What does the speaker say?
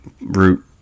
root